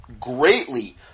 greatly